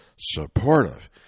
supportive